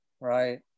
right